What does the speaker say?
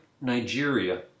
Nigeria